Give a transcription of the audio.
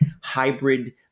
hybrid